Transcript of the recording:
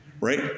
right